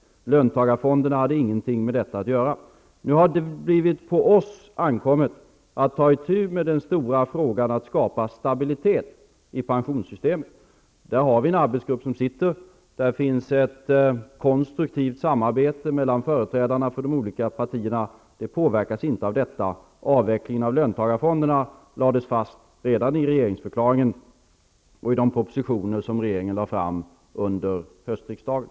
Löntagarfonderna hade ingenting med detta att göra. Nu har det ankommit på oss att ta itu med den stora frågan om att skapa stabilitet i pensionssystemet. Det finns en arbetsgrupp tillsatt, där man har ett konstruktivt samarbete mellan företrädarna för de olika partierna. De påverkas inte av detta. Avvecklingen av löntagarfonderna lades fast redan i regeringsförklaringen och i de propositioner som regeringen lade fram under höstriksdagen.